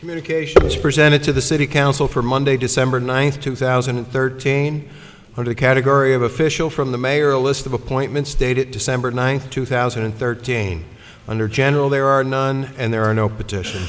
communications presented to the city council for monday december ninth two thousand and thirteen or the category of official from the mayor a list of appointments dated december ninth two thousand and thirteen under general there are none and there are no petition